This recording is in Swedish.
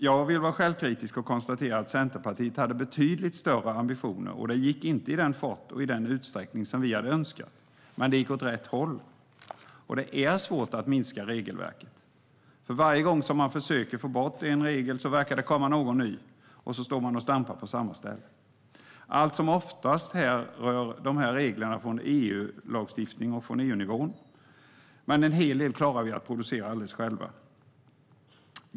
Jag vill vara självkritisk och konstatera att Centerpartiet hade betydligt större ambitioner och att det inte gick i den fart och i den utsträckning som vi önskat. Det gick dock åt rätt håll. Det är också svårt att minska regelverket; för varje gång man försöker få bort en regel verkar det komma någon ny, och så står man och stampar på samma ställe. Allt som oftast härrör reglerna från EU-lagstiftning och EU-nivå, men en hel del klarar vi att producera alldeles själva.